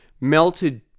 melted